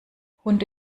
hunde